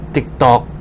TikTok